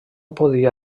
podia